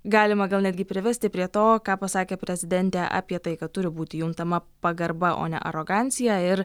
galima gal netgi privesti prie to ką pasakė prezidentė apie tai kad turi būti juntama pagarba o ne arogancija ir